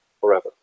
forever